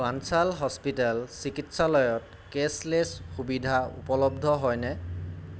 বাঞ্চাল hospital চিকিৎসালয়ত cashless সুবিধা উপলব্ধ হয়নে